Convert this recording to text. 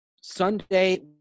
Sunday